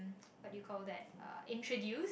what did you call that uh introduced